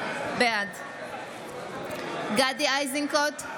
בעד גדי איזנקוט,